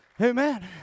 Amen